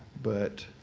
but.